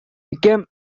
became